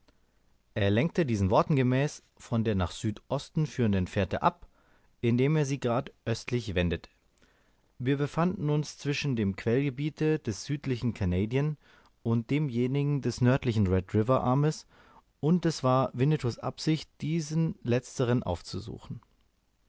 er lenkte diesen worten gemäß von der nach südosten führenden fährte ab indem er sich grad östlich wendete wir befanden uns zwischen dem quellgebiete des südlichen canadian und demjenigen des nördlichen red river armes und es war winnetous absicht diesen letzteren aufzusuchen